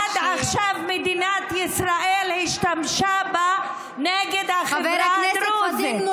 שעד עכשיו מדינת ישראל השתמשה בה נגד החברה הדרוזית,